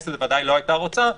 והכנסת בוודאי לא הייתה רוצה,